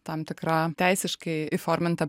tam tikra teisiškai įforminta